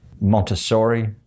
Montessori